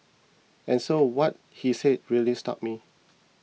and so what he said really stuck me